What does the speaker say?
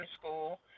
school